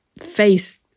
face